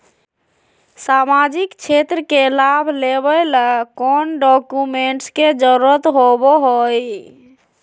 सामाजिक क्षेत्र के लाभ लेबे ला कौन कौन डाक्यूमेंट्स के जरुरत होबो होई?